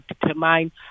determine